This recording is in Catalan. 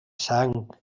sang